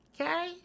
Okay